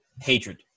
hatred